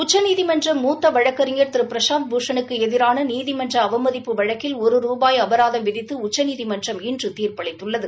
உச்சநீதிமன்ற மூத்த வழக்கறிஞர் திரு பிரசாந்த் பூஷனுக்கு எதிரான நீதிமன்ற அவமதிப்பு வழக்கில் ஒரு ரூபாய் அபராதம் விதித்து உச்சநீதிமன்றம் இன்று தீர்ப்பளித்துள்ளது